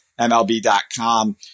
MLB.com